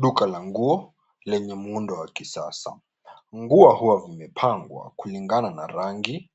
Duka la nguo lenye muundo wa kisasa. Nguo hua imepangwa kulingana na rangi,